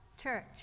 church